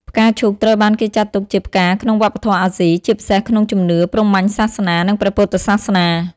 ផ្កាឈូកត្រូវបានគេចាត់ទុកជាផ្កាក្នុងវប្បធម៌អាស៊ី ជាពិសេសក្នុងជំនឿព្រហ្មញ្ញសាសនា និងព្រះពុទ្ធសាសនា។